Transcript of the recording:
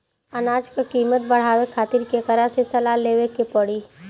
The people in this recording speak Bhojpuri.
अनाज क कीमत बढ़ावे खातिर केकरा से सलाह लेवे के पड़ी?